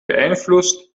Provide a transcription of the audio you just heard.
beeinflusst